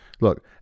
look